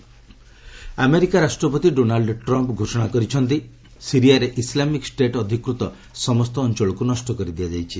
US ସାଇରିସ୍ IS America ରାଷ୍ଟ୍ରପତି Donald Trump ଘୋଷଣା କରିଛନ୍ତି ସିରିଆରେ ଇସ୍ଲାମିକ୍ ଷ୍ଟେଟ୍ ଅଧିକୃତ ସମସ୍ତ ଅଞ୍ଚଳକୁ ନଷ୍ଟ କରିଦିଆଯାଇଛି